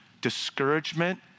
discouragement